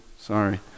sorry